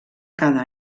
cada